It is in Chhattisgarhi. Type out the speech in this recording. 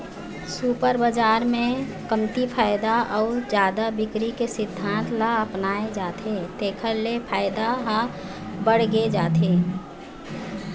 सुपर बजार म कमती फायदा अउ जादा बिक्री के सिद्धांत ल अपनाए जाथे तेखर ले फायदा ह बाड़गे जाथे